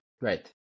Right